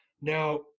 Now